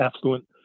affluent